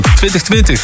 2020